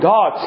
God